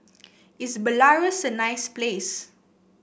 is Belarus a nice place